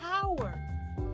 power